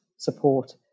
support